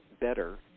better